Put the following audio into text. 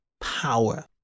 power